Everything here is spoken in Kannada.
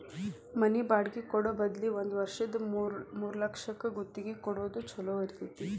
ಮನಿ ಬಾಡ್ಗಿ ಕೊಡೊ ಬದ್ಲಿ ಒಂದ್ ವರ್ಷಕ್ಕ ಮೂರ್ಲಕ್ಷಕ್ಕ ಗುತ್ತಿಗಿ ಕೊಡೊದ್ ಛೊಲೊ ಇರ್ತೆತಿ